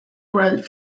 red